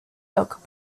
lock